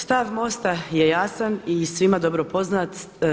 Stav MOST je jasan i svima dobro poznat.